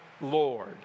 Lord